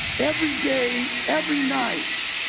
every day, every night,